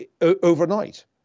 overnight